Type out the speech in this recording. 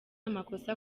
amakosa